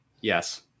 Yes